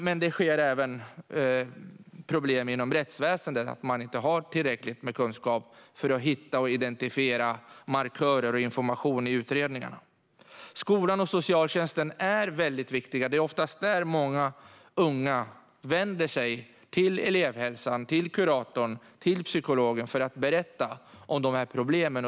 Men det finns även problem inom rättsväsendet. Man har inte tillräckligt med kunskap för att hitta och identifiera markörer och information i utredningarna. Skolan och socialtjänsten är väldigt viktiga. Det är oftast dit många unga vänder sig. De vänder sig till elevhälsan, kuratorn eller psykologen för att berätta om sina problem.